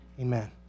Amen